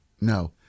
No